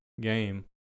game